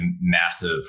massive